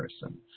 person